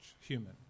human